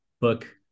book